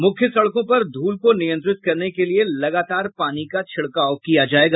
मुख्य सड़कों पर ध्रल को नियंत्रित करने के लिए लगातार पानी का छिड़काव किया जायेगा